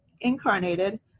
incarnated